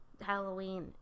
Halloween